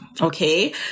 Okay